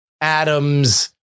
Adams